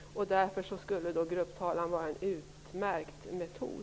Därför skulle grupptalan vara en utmärkt metod.